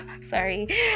sorry